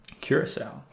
Curacao